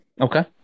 Okay